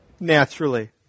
Naturally